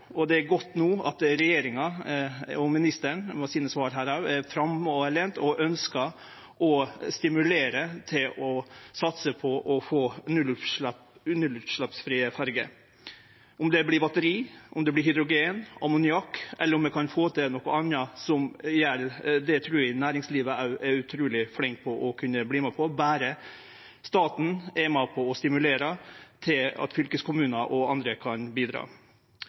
og det er godt at regjeringa og ministeren no – òg med sine svar her – er framoverlente og ønskjer å stimulere til og satse på å få nullutsleppsferjer. Om det vert batteri, hydrogen, ammoniakk, eller om vi kan få til noko anna – det trur eg næringslivet vil vere utruleg flink til og vil kunne verte med på, berre staten er med på å stimulere til at fylkeskommunar og andre kan bidra.